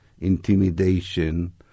intimidation